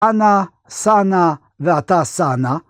אנא, שא נא, ועתה שא נא